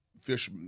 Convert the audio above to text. fish